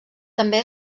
també